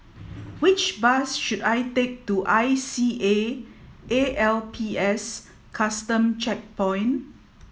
which bus should I take to I C A A L P S Custom Checkpoint